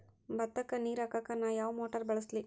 ಭತ್ತಕ್ಕ ನೇರ ಹಾಕಾಕ್ ನಾ ಯಾವ್ ಮೋಟರ್ ಬಳಸ್ಲಿ?